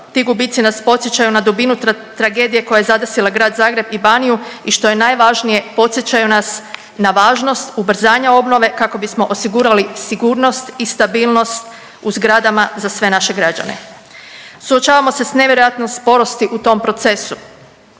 Ti gubici nas podsjećaju na dubinu tragediju koja je zadesila grad Zagreb i Baniju i što je najvažnije podsjećaju nas na važnost ubrzanja obnove kako bismo osigurali sigurnost i stabilnost u zgradama za sve naše građane. Suočavamo se s nevjerojatnom sporosti u tom procesu,